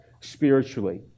spiritually